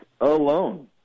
alone